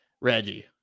Reggie